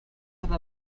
have